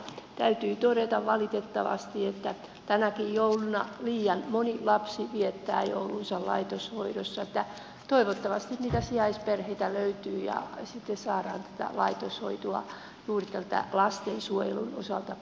täytyy todeta valitettavasti että tänäkin jouluna liian moni lapsi viettää joulunsa laitoshoidossa niin että toivottavasti niitä sijaisperheitä löytyy ja sitten saadaan tätä laitoshoitoa juuri tältä lastensuojelun osalta purettua